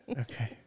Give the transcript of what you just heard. Okay